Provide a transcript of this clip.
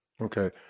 Okay